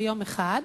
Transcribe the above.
ביום אחד,